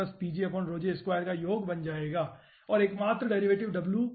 तो का योग बन जाएगा और एकमात्र डेरिवेटिव W पर शेष रहेगा ठीक है